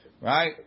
Right